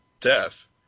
death